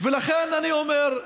ולכן אני אומר,